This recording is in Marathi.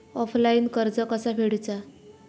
ऑफलाईन कर्ज कसा फेडूचा?